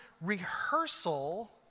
rehearsal